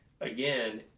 again